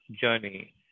journey